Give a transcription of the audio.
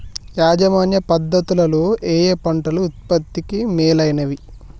యాజమాన్య పద్ధతు లలో ఏయే పంటలు ఉత్పత్తికి మేలైనవి?